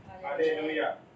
Hallelujah